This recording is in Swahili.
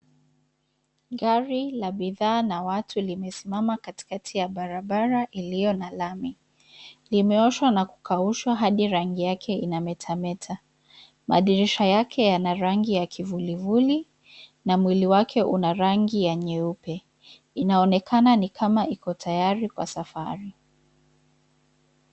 Gari la bidhaa na watu limesimama katikati ya barabara iliyo na lami, limeoshwa na kukaushwa hadi rangi yake inametameta, madirisha yake yana rangi ya kivulivuli, na mwili wake una rangi ya nyeupe, inaonekana ni kama iko tayari kwa safari.